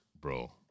bro